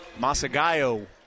Masagayo